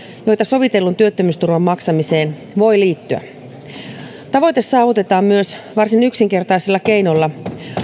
joita sovitellun työttömyysturvan maksamiseen voi liittyä tavoite saavutetaan myös varsin yksinkertaisella keinolla